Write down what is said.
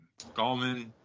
Gallman